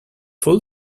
full